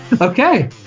Okay